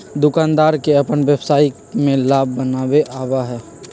दुकानदार के अपन व्यवसाय में लाभ बनावे आवा हई